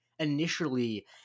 Initially